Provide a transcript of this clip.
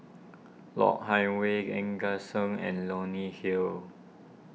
Lok Hang Way Gan Eng Seng and Leonie Hill